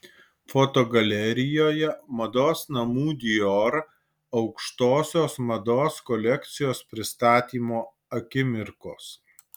fotogalerijoje mados namų dior aukštosios mados kolekcijos pristatymo akimirkos